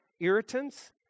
irritants